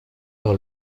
par